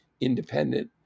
independent